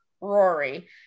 Rory